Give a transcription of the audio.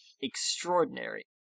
extraordinary